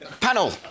Panel